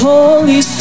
Holy